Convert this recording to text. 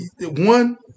one